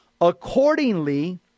Accordingly